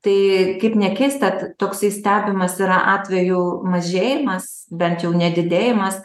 tai kaip nekeista toksai stebimas yra atvejų mažėjimas bent jau nedidėjimas